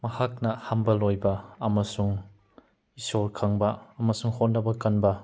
ꯃꯍꯥꯛꯅ ꯍꯝꯕꯜ ꯑꯣꯏꯕ ꯑꯃꯁꯨꯡ ꯏꯁꯣꯔ ꯈꯪꯕ ꯑꯃꯁꯨꯡ ꯍꯣꯠꯅꯕ ꯀꯟꯕ